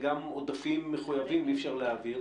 כשאין תקציב גם עודפים מחויבים אי אפשר להעביר.